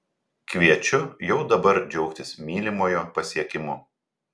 kviečiu jau dabar džiaugtis mylimojo pasiekimu